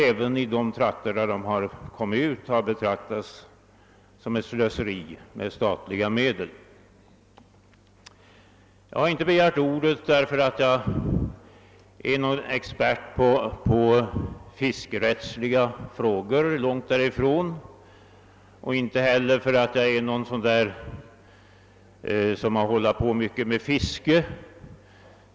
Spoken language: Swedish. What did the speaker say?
Även i de trakter där de tillämpats har de betraktats som ett slöseri med statliga medel. Jag har inte begärt ordet därför att jag skulle vara någon expert på fiskerättsliga frågor, långt därifrån. Jag har heller inte hållit på mycket med fiske.